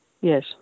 Yes